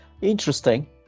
interesting